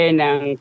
ng